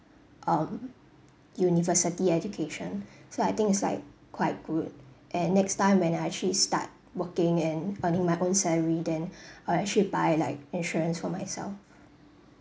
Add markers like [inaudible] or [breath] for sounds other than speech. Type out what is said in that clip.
um university education [breath] so I think it's like quite good and next time when I actually start working and earning my own salary then [breath] I'll actually buy like insurance for myself